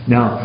Now